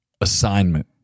assignment